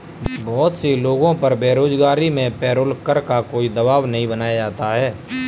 बहुत से लोगों पर बेरोजगारी में पेरोल कर का कोई दवाब नहीं बनाया जाता है